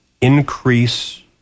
increase